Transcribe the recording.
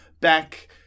back